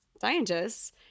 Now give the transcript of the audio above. scientists